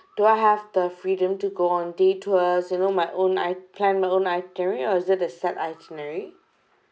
do I have the freedom to go on day tours you know my own I plan my own itinerary or is it the set itinerary